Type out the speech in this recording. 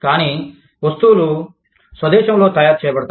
కానీ ఈ వస్తువులు స్వదేశంలో తయారు చేయబడతాయి